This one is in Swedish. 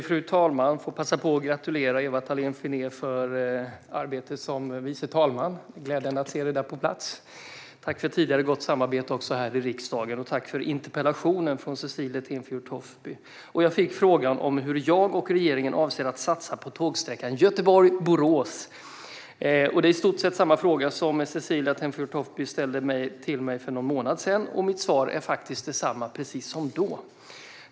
Fru talman! Jag vill passa på att gratulera Ewa Thalén Finné till posten som vice talman. Det är glädjande att se dig på den platsen. Tack också för tidigare gott samarbete här i riksdagen! Jag vill också tacka Cecilie Tenfjord-Toftby för interpellationen om hur jag och regeringen avser att satsa på tågsträckan Göteborg-Borås. Det är i stort sett samma fråga som Cecilie Tenfjord-Toftby ställde till mig för någon månad sedan, och mitt svar i dag är precis detsamma som då.